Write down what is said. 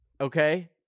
okay